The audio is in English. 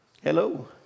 Hello